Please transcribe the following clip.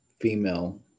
female